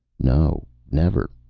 no, never.